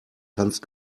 tanzt